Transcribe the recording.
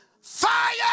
Fire